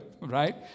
Right